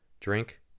Drink